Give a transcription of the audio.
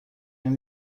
این